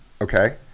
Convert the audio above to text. Okay